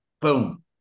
Boom